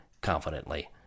confidently